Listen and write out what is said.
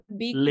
big